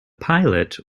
pilot